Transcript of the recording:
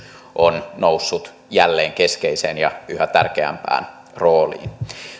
on noussut jälleen keskeiseen ja yhä tärkeämpään rooliin